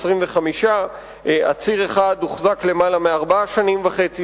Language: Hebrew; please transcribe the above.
25. עציר אחד הוחזק יותר מארבע שנים וחצי.